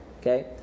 okay